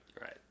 Right